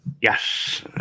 yes